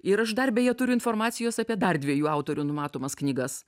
ir aš dar beje turiu informacijos apie dar dviejų autorių numatomas knygas